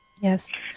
Yes